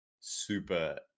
super